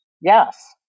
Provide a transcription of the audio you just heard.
yes